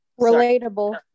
relatable